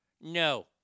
No